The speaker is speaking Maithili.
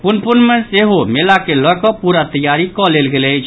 पुनपुन मे सेहो मेला के लऽकऽ पूरा तैयारी कऽ लेल गेल अछि